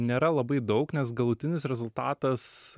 nėra labai daug nes galutinis rezultatas